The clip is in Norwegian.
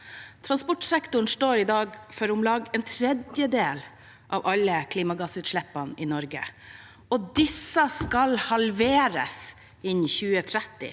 Transportsektoren står i dag for om lag en tredjedel av alle klimagassutslippene i Norge, og disse skal halveres innen 2030.